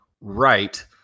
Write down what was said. right